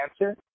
answer